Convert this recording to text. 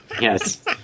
Yes